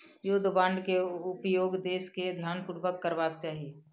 युद्ध बांड के उपयोग देस के ध्यानपूर्वक करबाक चाही